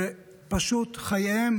ופשוט חייהן